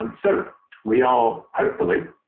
um so we are hopefully